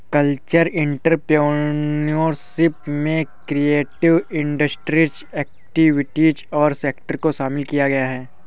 cultural entrepreneurship में creative industry activities और sector को शामिल किया गया है